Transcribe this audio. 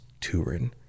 Turin